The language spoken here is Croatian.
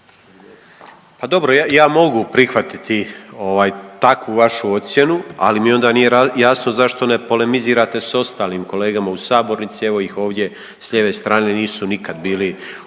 Pa dobro, ja mogu prihvatiti takvu vašu ocjenu. Ali mi onda nije jasno zašto ne polemizirati sa ostalim kolegama u sabornici evo ih ovdje s lijeve strane nisu nikada bili u